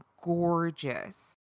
gorgeous